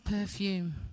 perfume